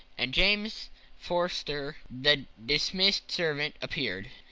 and james forster, the dismissed servant, appeared.